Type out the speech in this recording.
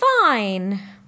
fine